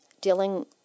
dealing